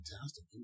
fantastic